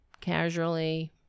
Casually